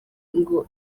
ngo